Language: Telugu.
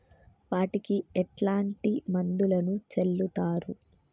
వాటికి ఎట్లాంటి మందులను చల్లుతరు?